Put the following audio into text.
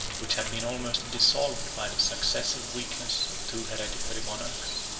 which had been almost dissolved by the successive weakness of two hereditary monarchs.